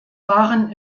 waren